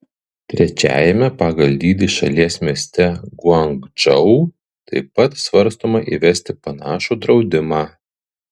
trečiajame pagal dydį šalies mieste guangdžou taip pat svarstoma įvesti panašų draudimą